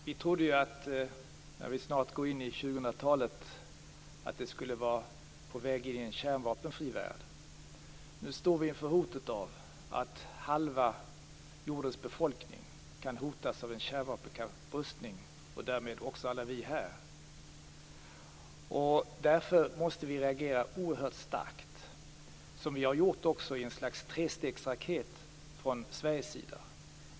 Fru talman! Vi har trott att vi nu, när vi snart går in i 2000-talet, skulle vara på väg mot en kärnvapenfri värld. Men nu står vi inför ett hot. Halva jordens befolkning kan hotas av en kärnvapenkapprustning - därmed också alla vi här. Därför måste vi reagera oerhört starkt, som vi också i ett slags trestegsraket har gjort från svensk sida.